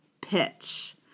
pitch